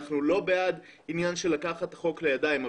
אנחנו לא בעד לקיחת החוק לידיים,